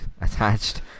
attached